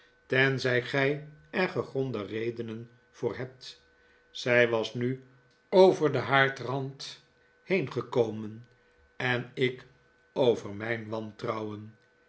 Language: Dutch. tenzij gij er gegronde redenen voor hebt zij was nu over den haardrand heen gekomen en ik over mijn wantrouwen